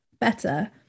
better